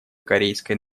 корейской